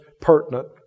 pertinent